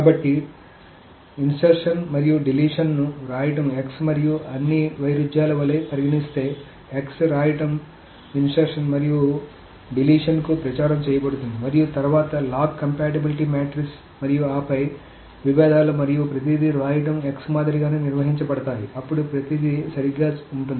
కాబట్టి చొప్పించడం మరియు తొలగింపును వ్రాయడం x మరియు అన్ని వైరుధ్యాల వలె పరిగణిస్తే x రాయడం చొప్పించడం మరియు తొలగింపుకు ప్రచారం చేయబడుతుంది మరియు తరువాత లాక్ కంపాటబిలిటీ మాట్రిస్ మరియు ఆపై విభేదాలు మరియు ప్రతిదీ వ్రాయడం x మాదిరిగానే నిర్వహించబడతాయి అప్పుడు ప్రతిదీ సరిగ్గా ఉంటుంది